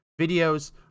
videos